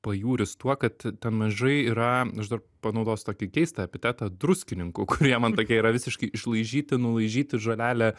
pajūris tuo kad ten mažai yra aš dar panaudosiu tokį keistą epitetą druskininkų kurie man tokie yra visiškai išlaižyti nulaižyti žolelė